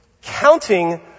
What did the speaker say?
Counting